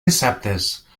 dissabtes